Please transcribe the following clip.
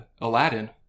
Aladdin